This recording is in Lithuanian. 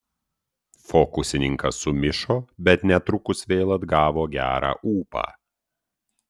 fokusininkas sumišo bet netrukus vėl atgavo gerą ūpą